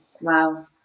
Wow